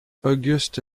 auguste